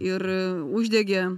ir uždegė